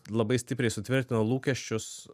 labai stipriai sutvirtino lūkesčius